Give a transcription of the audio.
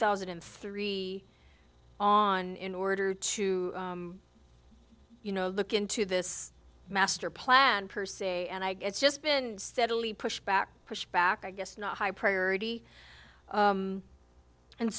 thousand and three on in order to you know look into this master plan per se and i guess just been steadily pushed back pushed back i guess not high priority